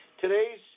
Today's